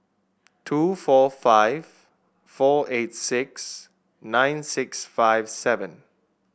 two four five four eight six nine six five seven